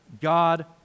God